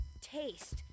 Taste